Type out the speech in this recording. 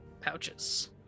pouches